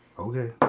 okay.